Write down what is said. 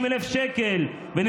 בבקשה, אני אעצור את השעון, אין בעיה.